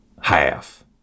half